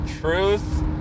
truth